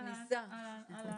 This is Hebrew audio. העניין.